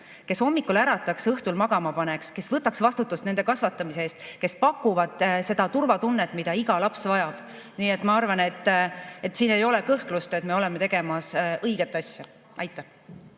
neid hommikul ärataks ja õhtul magama paneks, kes võtaks vastutuse nende kasvatamise eest, kes pakuvad seda turvatunnet, mida iga laps vajab. Nii et ma arvan, et siin ei ole kõhklust, et me oleme tegemas õiget asja. Suur